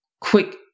quick